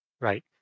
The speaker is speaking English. right